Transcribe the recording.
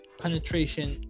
penetration